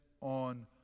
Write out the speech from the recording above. on